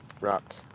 Rock